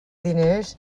diners